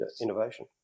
innovation